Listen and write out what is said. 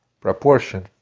proportion